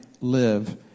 live